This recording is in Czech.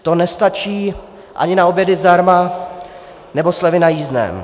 To nestačí ani na obědy zdarma nebo slevy na jízdném.